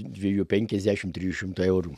dviejų penkiasdešimt trijų šimtų eurų